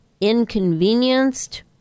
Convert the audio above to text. inconvenienced